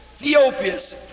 Theopius